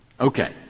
Okay